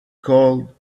called